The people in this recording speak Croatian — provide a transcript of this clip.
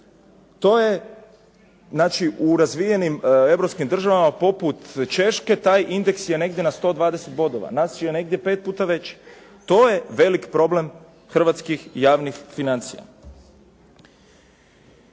To je, znači u razvijenim europskim državama poput Češke, taj indeks je negdje na 120 bodova. Naš je negdje 5 puta veći. To je velik problem hrvatskih javnih financija.